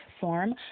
form